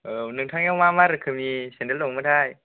औ नोंथांनियाव मा मा रोखोमनि सेन्देल दंमोनथाय